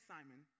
Simon